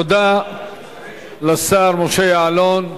תודה לשר משה יעלון.